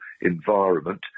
environment